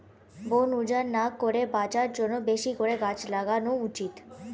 বন উজাড় না করে বাঁচার জন্যে বেশি করে গাছ লাগানো উচিত